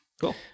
Cool